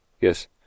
yes